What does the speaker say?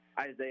Isaiah